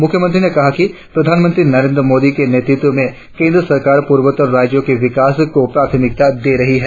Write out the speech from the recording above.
मुख्यमंत्री ने कहा कि प्रधानमंत्री नरेंद्र मोदी के नेतृत्व में केंद्र सरकार पूर्वोत्तर राज्यों के विकास को प्राथमिकता दे रही है